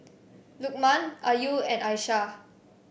Lukman Ayu and Aishah